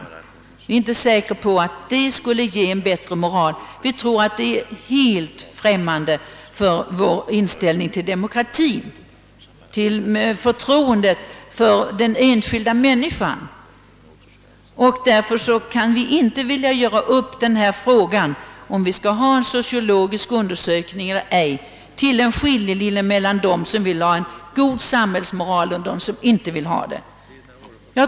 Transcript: Vi anser att detta helt strider mot vår inställning till demokratin och mot förtroendet till den enskilda människan. Huruvida vi skall ha en sociologisk undersökning eller ej markerar ingen skiljelinje mellan dem som vill ha en god samhällsmoral och dem som inte vill ha det.